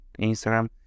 Instagram